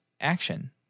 action